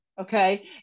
Okay